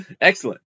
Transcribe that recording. Excellent